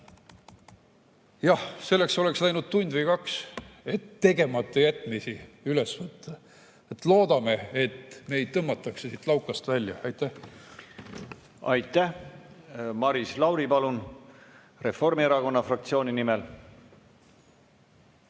Jah, selleks oleks läinud tund või kaks, et tegematajätmisi üles lugeda. Loodame, et meid tõmmatakse siit laukast välja. Aitäh! Aitäh! Maris Lauri, palun! Reformierakonna fraktsiooni nimel.